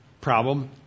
problem